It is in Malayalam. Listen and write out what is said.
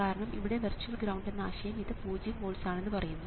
കാരണം ഇപ്പോൾ വെർച്വൽ ഗ്രൌണ്ട് എന്ന ആശയം ഇത് പൂജ്യം വോൾട്സ് ആണെന്ന് പറയുന്നു